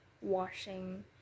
washing